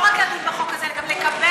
לא רק לדון בחוק הזה אלא גם לקבל